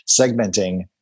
segmenting